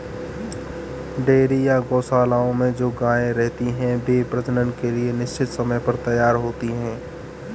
dairy या गोशालाओं में जो गायें रहती हैं, वे प्रजनन के लिए निश्चित समय पर तैयार होती हैं